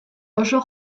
oso